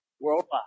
Worldwide